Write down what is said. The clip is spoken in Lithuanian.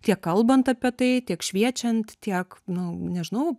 tiek kalbant apie tai tiek šviečiant tiek nu nežinau